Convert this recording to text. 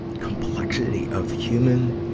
complexity of human,